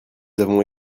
avons